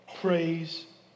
praise